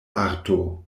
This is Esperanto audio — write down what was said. arto